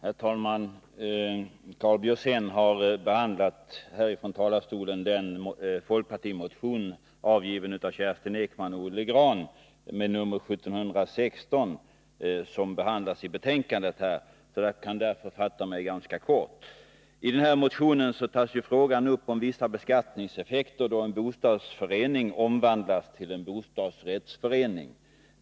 Herr talman! Karl Björzén har i sitt anförande berört den folkpartimotion — den har nr 1716 och är avgiven av Kerstin Ekman och Olle Grahn — som behandlas i betänkandet. Jag kan därför fatta mig ganska kort. I motionen tas frågan om vissa beskattningseffekter då bostadsförening omvandlas till bostadsrättsförening upp.